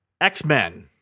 X-Men